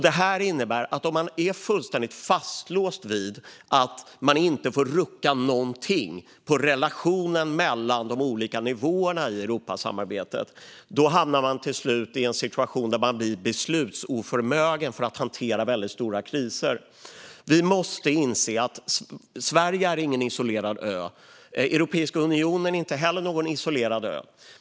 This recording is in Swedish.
Detta innebär att om man är helt fastlåst vid att man inte får rucka någonting på relationen mellan de olika nivåerna i Europasamarbetet hamnar man till slut i en situation där man blir beslutsoförmögen att hantera väldigt stora kriser. Vi måste inse att Sverige inte är någon isolerad ö, och inte heller Europeiska unionen.